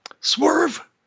Swerve